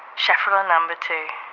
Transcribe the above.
schefflera number two